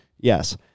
Yes